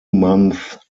month